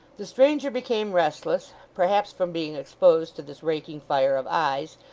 the stranger became restless perhaps from being exposed to this raking fire of eyes,